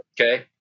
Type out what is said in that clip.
Okay